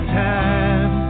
time